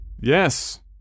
Yes